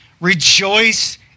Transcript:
rejoice